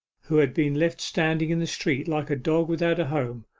who had been left standing in the street like a dog without a home,